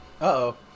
Uh-oh